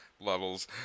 levels